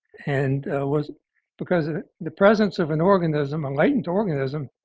and was because the presence of an organism, a latent organism,